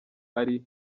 ari